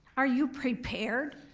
are you prepared,